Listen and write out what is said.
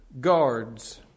guards